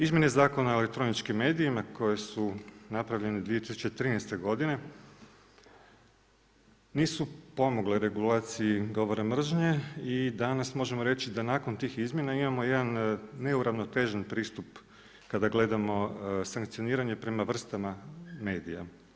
Izmjene Zakona o elektroničkim medijima koje su napravljene 2013. godine nisu pomogle regulaciji govora mržnje i danas možemo reći da nakon tih izmjena imamo jedan neuravnotežen pristup kada gledamo sankcioniranje prema vrstama medija.